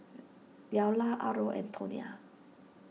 Delle Arlo and Tonia